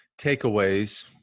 takeaways